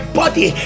body